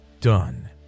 done